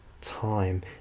time